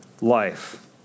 life